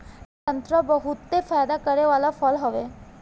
संतरा बहुते फायदा करे वाला फल हवे